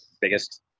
biggest